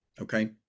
Okay